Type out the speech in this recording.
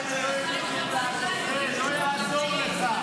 השר קרעי, זה לא יעזור לך.